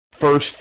First